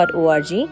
.org